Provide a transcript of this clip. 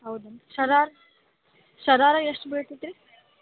ಹೌದಾ ರೀ ಶರಾರ ಶರಾರ ಎಷ್ಟು ಬೀಳತ್ರೀ